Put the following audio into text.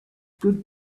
good